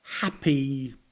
happy